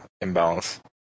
imbalance